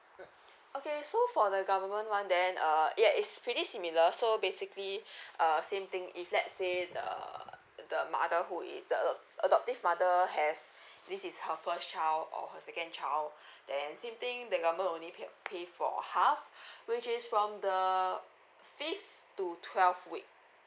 mm okay so for the government one then uh ya it's pretty similar so basically uh same thing if let's say the the mother who is the adop~ adoptive mother has this is her first child or her second child then same thing the government only pay pay for half which is from the fifth to twelfth week